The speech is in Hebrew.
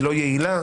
לא יעילה?